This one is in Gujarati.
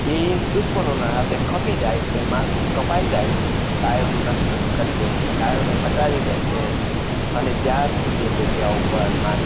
ઇ દુશ્મનોના હાથે ખપી જાય છે માથું કપાઈ જાય છે પણ ગાયોનું રક્ષણ કરી દે છે ગાયોને બચાવી લે છે અને ત્યારથી તે જગ્યા ઉપર